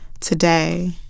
today